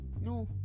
No